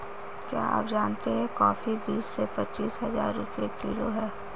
क्या आप जानते है कॉफ़ी बीस से पच्चीस हज़ार रुपए किलो है?